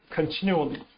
continually